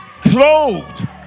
clothed